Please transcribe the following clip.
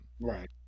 right